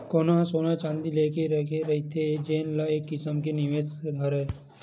कोनो ह सोना चाँदी लेके रखे रहिथे जेन ह एक किसम के निवेस हरय